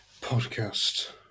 Podcast